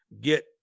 get